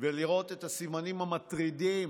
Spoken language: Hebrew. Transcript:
ולראות את הסימנים המטרידים